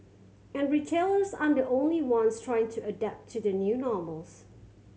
and retailers aren't the only ones trying to adapt to the new normals